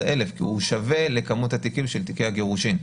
11,000 כי הוא שווה לכמות התיקים של תיקי הגירושין.